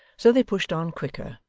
so they pushed on quicker,